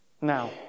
Now